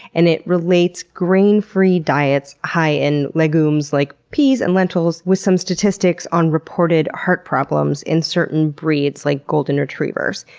and it relates green-free diets high in legumes like peas and lentils with some statistics on reported heart problems in certain breeds like golden retrievers.